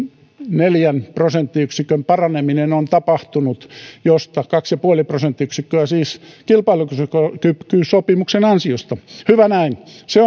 neljän prosenttiyksikön paraneminen on tapahtunut josta kaksi pilkku viisi prosenttiyksikköä siis kilpailukykysopimuksen ansiosta hyvä näin se